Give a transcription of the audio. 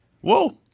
Whoa